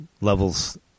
levels